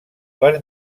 per